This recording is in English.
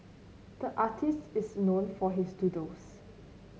the artist is known for his doodles